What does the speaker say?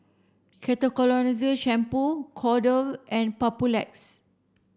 Ketoconazole Shampoo Kordel and Papulex